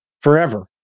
forever